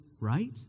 right